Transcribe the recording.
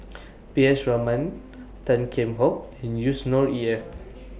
P S Raman Tan Kheam Hock and Yusnor Ef